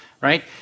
right